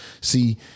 See